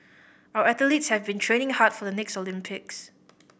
our athletes have been training hard for the next Olympics